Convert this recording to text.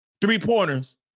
three-pointers